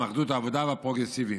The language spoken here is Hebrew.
אחדות העבודה והפרוגרסיביים.